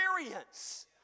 experience